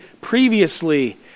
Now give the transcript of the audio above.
previously